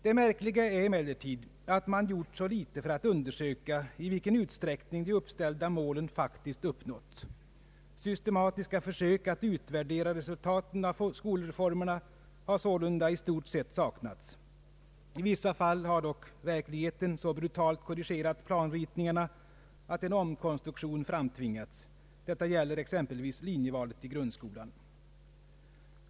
Det märkliga är emellertid att man gjort så litet för att undersöka i vilken utsträckning de uppställda målen faktiskt uppnåtts. Systematiska försök att värdera resultaten av skolreformerna har således i stort sett saknats. I vissa fall har dock verksamheten så totalt korrigerat planritningarna att en omkonstruktion framtvingats. Detta gäller exempelvis linjevalet i grundskolan.